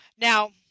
Now